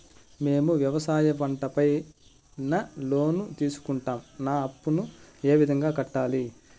మేము వ్యవసాయ పంట పైన లోను తీసుకున్నాం నా అప్పును ఏ విధంగా కట్టాలి